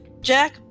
Jack